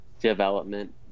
Development